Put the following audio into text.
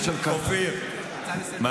נתחיל לשמוע על מה ההתנגדויות,